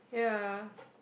ya